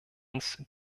uns